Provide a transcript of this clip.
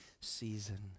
season